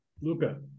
Luca